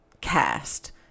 cast